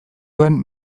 duen